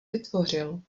vytvořil